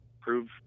prove